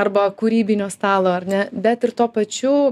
arba kūrybinio stalo ar ne bet ir tuo pačiu